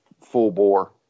full-bore